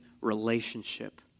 relationship